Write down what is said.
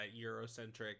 Eurocentric